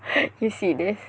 you see this